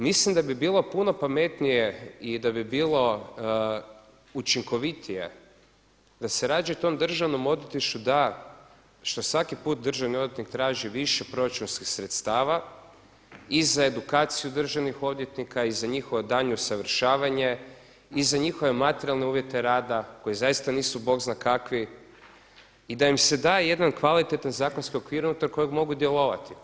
Mislim da bi bilo puno pametnije i da bi bilo učinkovitije da se rađe tom državnom odvjetništvu da što svaki put državni odvjetnik traži više proračunskih sredstava i za edukaciju državnih odvjetnika i za njihovo daljnje usavršavanje, i za njihove materijalne uvjete rada koji zaista nisu bog zna kakvi i da im se da jedan kvalitetan zakonski okvir unutar kojeg mogu djelovati.